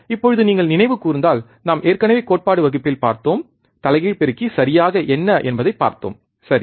இப்போது நீங்கள் நினைவு கூர்ந்தால் நாம் ஏற்கனவே கோட்பாடு வகுப்பில் பார்த்தோம் தலைகீழ் பெருக்கி சரியாக என்ன என்பதை பார்த்தோம் சரி